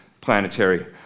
planetary